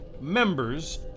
members